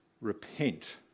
Repent